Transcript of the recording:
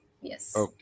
yes